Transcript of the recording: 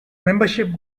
membership